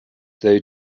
they